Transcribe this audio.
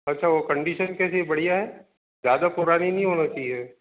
अच्छा वो कंडिशन कैसी है बढ़िया है ज़्यादा पुरानी नहीं होना चाहिए